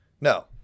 No